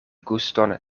guston